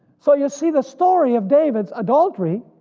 so you see the story of david's adultery